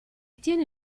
tieni